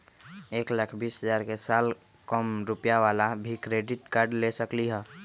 एक लाख बीस हजार के साल कम रुपयावाला भी क्रेडिट कार्ड ले सकली ह?